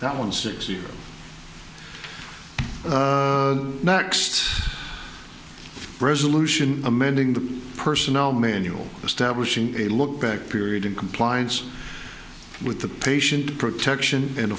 that one sixty next resolution amending the personnel manual establishing a look back period in compliance with the patient protection and